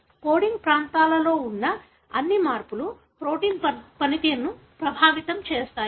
coding ప్రాంతాలలో ఉన్న అన్ని మార్పులు ప్రోటీన్ పనితీరును ప్రభావితం చేస్తాయా